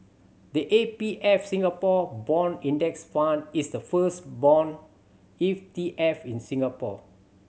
the A B F Singapore Bond Index Fund is the first bond E T F in Singapore